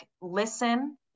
listen